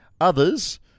Others